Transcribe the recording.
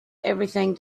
everything